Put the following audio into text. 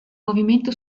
movimento